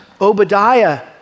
Obadiah